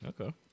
Okay